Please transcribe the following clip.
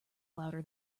louder